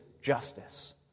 justice